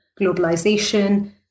globalization